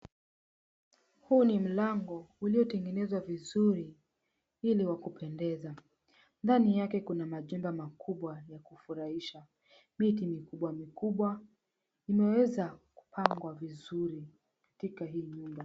Huu ni mlango uliotengenezwa vizuri na ili wakupendeza. Ndani yake kuna majumba makubwa ya kufurahisha. Miti mikubwa mikubwa imeweza kupangwa vizuri katika hii nyumba.